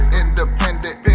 independent